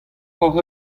hocʼh